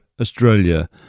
Australia